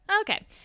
Okay